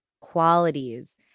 qualities